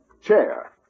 Chair